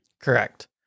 Correct